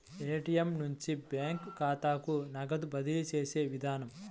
Paytm నుంచి bank ఖాతాకు నగదు బదిలీ చేసే విధానం